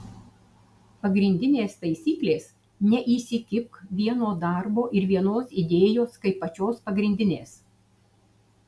pagrindinės taisyklės neįsikibk vieno darbo ir vienos idėjos kaip pačios pagrindinės